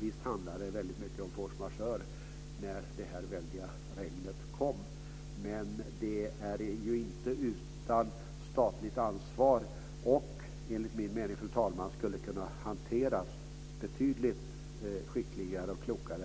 Visst handlar det väldigt mycket om force majeure när det här väldiga regnet kom, men det är inte utan statligt ansvar, och enligt min mening, fru talman, skulle detta kunna hanteras betydligt skickligare och klokare